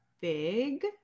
Big